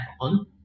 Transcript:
on